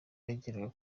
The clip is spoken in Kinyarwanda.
yageraga